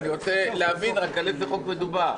ואני רוצה להבין על איזה חוק מדובר.